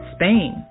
Spain